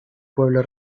pueblo